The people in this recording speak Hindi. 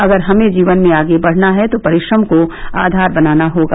अगर हमें जीवन में आगे बढ़ना है तो परिश्रम को आधार बनाना होगा